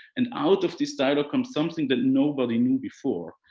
and out of this dialogue comes something that nobody knew before.